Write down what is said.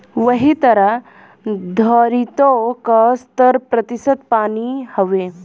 वही तरह द्धरतिओ का सत्तर प्रतिशत पानी हउए